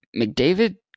McDavid